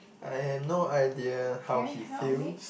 I have no idea how he feels